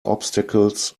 obstacles